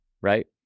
right